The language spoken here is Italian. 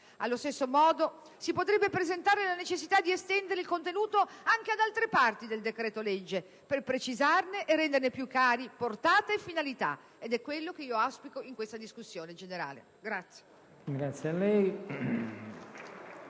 Allo stesso modo, si potrebbe presentare la necessità di estendere il contenuto anche di altre parti del decreto-legge, per precisarne e renderne più chiare portata e finalità, ed è quanto auspico in questa discussione generale.